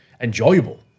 enjoyable